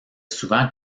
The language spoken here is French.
souvent